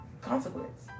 consequence